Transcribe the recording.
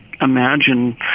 imagine